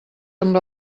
amb